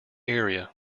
area